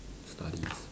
studies